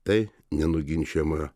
tai nenuginčijama